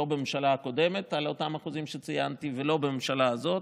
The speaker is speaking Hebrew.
לא בממשלה הקודמת על אותם האחוזים שציינתי ולא בממשלה הזאת,